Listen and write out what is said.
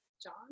john